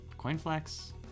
CoinFlex